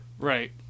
Right